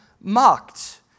mocked